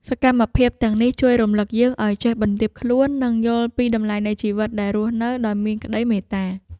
សកម្មភាពទាំងនេះជួយរំលឹកយើងឱ្យចេះបន្ទាបខ្លួន និងយល់ពីតម្លៃនៃជីវិតដែលត្រូវរស់នៅដោយមានក្ដីមេត្តា។